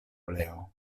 oleo